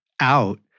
out